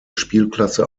spielklasse